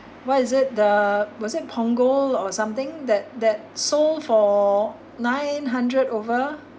what is it the was it punggol or something that that sold for nine hundred over